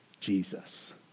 Jesus